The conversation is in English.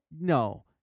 No